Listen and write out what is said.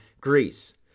Greece